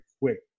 quick